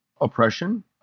oppression